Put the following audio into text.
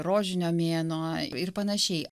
rožinio mėnuo ir panašiai